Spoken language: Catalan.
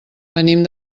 venim